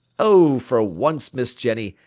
oh, for once, miss jenny,